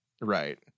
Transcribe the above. Right